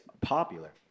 popular